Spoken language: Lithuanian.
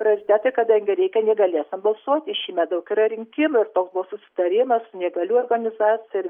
prioritetai kadangi reikia neįgaliesiem balsuot ir šįmet daug yra rinkimų ir toks buvo susitarimas neįgaliųjų organizacija ir